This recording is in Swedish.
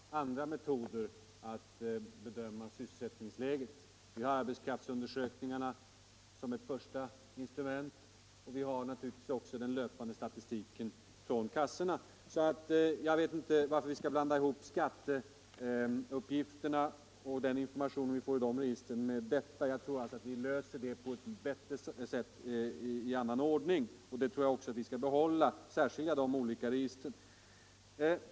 Herr talman! Till herr Claeson vill jag säga att det finns flera andra — Nytt system för metoder att bedöma sysselsättningsläget. Vi har arbetskraftsundersök ADB inom folkbokningarna som ett första instrument, och vi har naturligtvis den löpande = föringsoch statistiken från försäkringskassorna. Jag vet inte varför vi skall blanda — beskattningsområihop skatteuppgifterna och den information vi får i de registren med = det detta. Jag tror att vi löser det problemet på ett bättre sätt i annan ordning, och jag tror också att vi skall särskilja de olika registren.